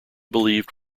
believed